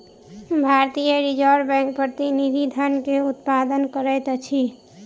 भारतीय reserve bank प्रतिनिधि धन के उत्पादन करैत अछि